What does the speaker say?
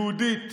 יהודית,